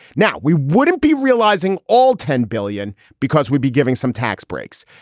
now, we wouldn't be realizing all ten billion because we'd be giving some tax breaks.